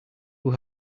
who